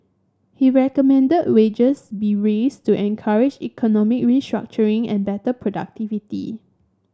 he recommended wages be raised to encourage economic restructuring and better productivity